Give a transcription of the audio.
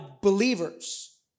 believers